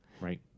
right